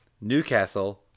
Newcastle